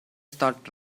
start